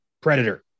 *Predator*